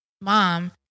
mom